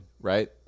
right